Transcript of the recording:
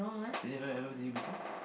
has it ever happened to you before